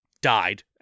died